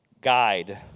Guide